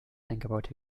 eingebaut